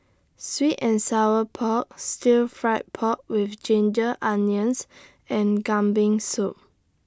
Sweet and Sour Pork Stir Fried Pork with Ginger Onions and Kambing Soup